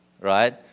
right